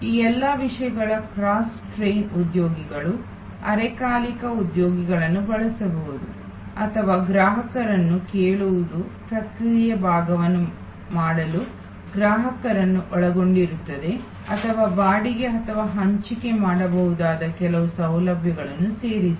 ಈ ಎಲ್ಲ ವಿಷಯಗಳು ಕ್ರಾಸ್ ಟ್ರೈನ್ ಉದ್ಯೋಗಿಗಳು ಅರೆಕಾಲಿಕ ಉದ್ಯೋಗಿಗಳನ್ನು ಬಳಸುವುದು ಅಥವಾ ಗ್ರಾಹಕರನ್ನು ಕೇಳುವುದು ಪ್ರಕ್ರಿಯೆಯ ಭಾಗವನ್ನು ಮಾಡಲು ಗ್ರಾಹಕರನ್ನು ಒಳಗೊಂಡಿರುತ್ತದೆ ಅಥವಾ ಬಾಡಿಗೆ ಅಥವಾ ಹಂಚಿಕೆ ಮಾಡಬಹುದಾದ ಕೆಲವು ಸೌಲಭ್ಯಗಳನ್ನು ಸೇರಿಸಿ